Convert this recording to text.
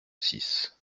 six